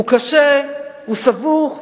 הוא קשה, הוא סבוך,